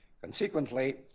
Consequently